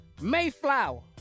Mayflower